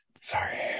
Sorry